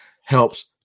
helps